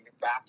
back